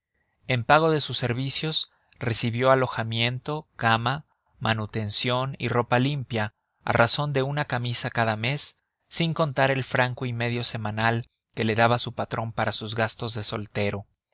en pago de sus servicios recibió alojamiento cama manutención y ropa limpia a razón de una camisa cada mes sin contar el franco y medio semanal que le daba su patrón para sus gastos de soltero